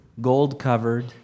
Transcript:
gold-covered